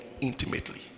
intimately